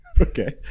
Okay